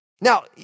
Now